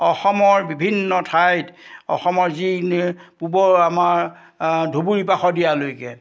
অসমৰ বিভিন্ন ঠাইত অসমৰ যি নি পূৱৰ আমাৰ ধুবুৰীৰ পৰা শদিয়ালৈকে